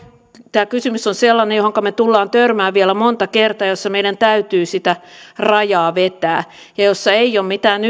tämä kysymys on sellainen johonka me tulemme törmäämään vielä monta kertaa ja jossa meidän täytyy sitä rajaa vetää ja jossa ei ole mitään